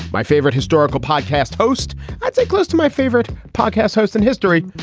my favorite historical podcast host that's close to my favorite podcast host in history,